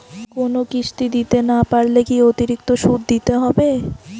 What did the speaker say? কোনো কিস্তি দিতে না পারলে কি অতিরিক্ত সুদ দিতে হবে?